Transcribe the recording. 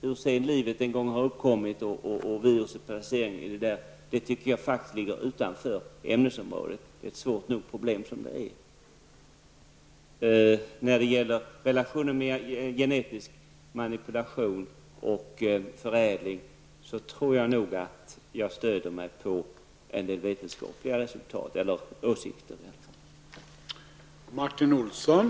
Hur livet en gång har uppkommit och vad som gäller beträffande virus och annat tycker jag faktiskt ligger utanför det aktuella ämnesområdet. Det är svårt nog i alla fall. När det gäller detta med genetisk manipulation resp. förädling tror jag nog att jag i mitt resonemang har stöd i en del vetenskapliga resultat, eller i varje fall vetenskapliga åsikter.